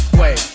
Wait